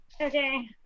Okay